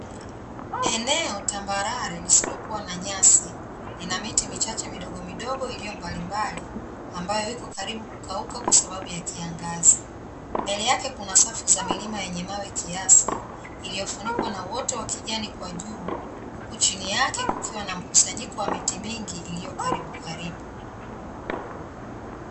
Eneo tambarare lisilokuwa na nyasi, lina miti michache midogo midogo iliyo mbali mbali ambayo ipo karibu kukauka kwa sababu ya kiangazi. Mbele yake kuna safu za milima yenye mawe kiasi, iliyofunikwa na woto wa kijani kwa juu huku chini yake kukiwa na mkusanyiko wa miti mingi iliyo karibu karibu.